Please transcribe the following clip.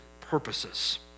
purposes